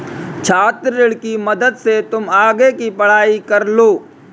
छात्र ऋण की मदद से तुम आगे की पढ़ाई कर लो